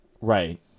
Right